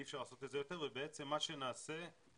אי אפשר לעשות את זה יותר ובעצם מה שנעשה זה